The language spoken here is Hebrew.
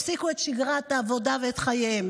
הפסיקו את שגרת העבודה ואת חייהם,